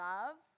Love